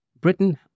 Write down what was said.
Britain